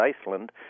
Iceland